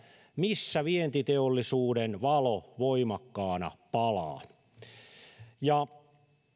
missä vientiteollisuuden valo voimakkaana palaa